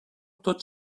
tot